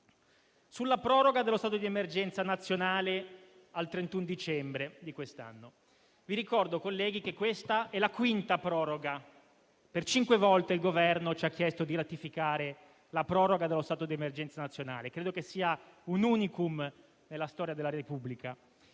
Sulla proroga dello stato di emergenza nazionale al 31 dicembre di quest'anno, vi ricordo, colleghi, che questa è la quinta proroga: per cinque volte il Governo ci ha chiesto di ratificare la proroga dello stato di emergenza nazionale e credo che sia un *unicum* nella storia della Repubblica.